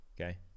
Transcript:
okay